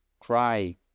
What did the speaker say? cry